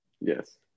Yes